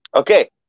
Okay